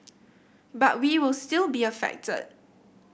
but we will still be affected